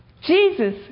Jesus